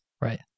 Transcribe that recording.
Right